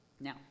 Now